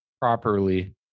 Properly